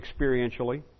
experientially